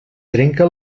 trenca